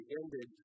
ended